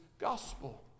gospel